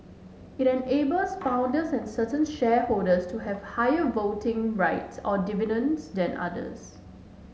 it enables founders and certain shareholders to have higher voting rights or dividends than others